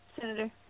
Senator